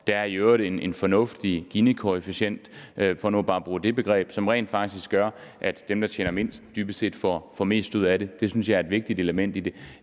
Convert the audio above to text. for det andet en fornuftig Ginikoefficient, for nu bare at bruge det begreb, som rent faktisk gør, at dem, der tjener mindst, dybest set får mest ud af det. Det synes jeg er et vigtigt element i det.